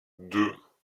deux